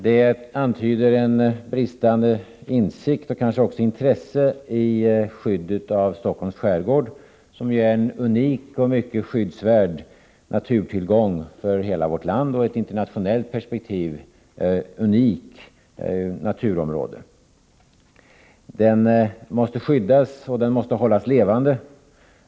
Det antyder en bristande insikt, och kanske också intresse, när det gäller skyddet av Stockholms skärgård, som är en unik och mycket skyddsvärd naturtillgång för hela vårt land och i ett internationellt perspektiv ett unikt naturområde. Skärgården måste skyddas och hållas levande.